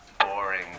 boring